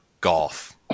golf